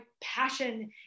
passion